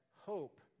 hope